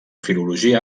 filologia